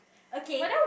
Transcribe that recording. okay